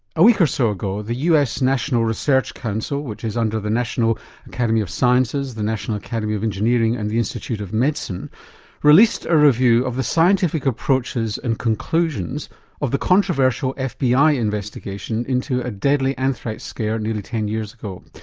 a week or so ago the us national research council which is under the national academy of sciences, the national academy of engineering and the institute of medicine released a review of the scientific approaches and conclusions of the controversial fbi investigation into a deadly anthrax scare nearly ten years ago.